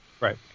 right